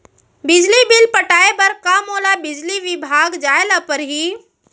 बिजली बिल पटाय बर का मोला बिजली विभाग जाय ल परही?